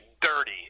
dirty